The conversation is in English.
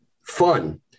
fun